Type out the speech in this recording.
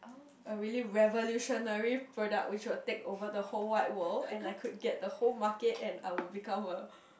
a really revolutionary product which will take over the whole wide world and I could get the whole market and I would become a